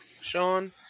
Sean